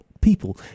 people